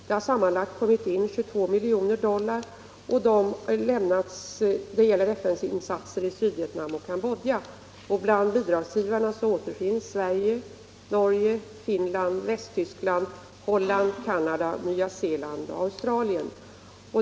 Det har sammanlagt kommit in 22 miljoner dollar — det gäller FN:s insatser i Sydvietnam och Cambodja. Bland bidragsgivarna återfinns Sverige, Norge, Finland, Västtyskland, Holland, Canada, Nya Zeeland och Australien.